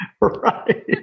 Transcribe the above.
Right